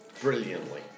brilliantly